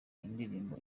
indirimbo